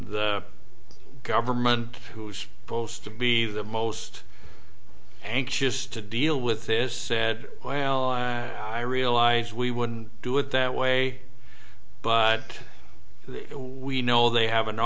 the government whose post to be the most anxious to deal with this said why are i realize we wouldn't do it that way but we know they have an